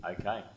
Okay